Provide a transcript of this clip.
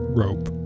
rope